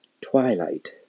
Twilight